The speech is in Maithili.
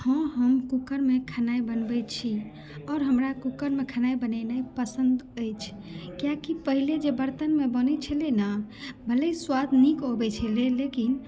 हँ हम कुकर मे खेनाइ बनबै छी आओर हमरा कुकर मे खेनाइ बनेनाइ पसन्द अछि कियाकि पहिले जे बर्तनमे बनै छलै ने भले ही स्वाद नीक अबै छलै लेकिन